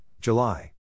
July